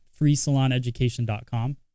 freesaloneducation.com